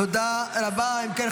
תודה רבה.